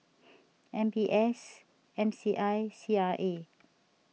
M B S M C I C R A